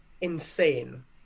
insane